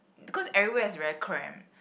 because everywhere is very cramped